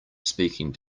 speaking